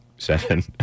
seven